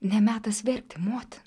ne metas verkti motin